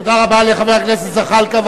תודה רבה לחבר הכנסת זחאלקה.